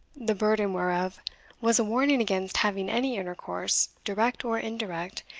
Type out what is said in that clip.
the burden whereof was a warning against having any intercourse, direct or indirect,